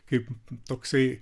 kaip toksai